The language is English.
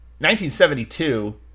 1972